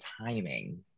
timing